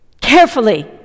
carefully